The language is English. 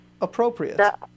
Appropriate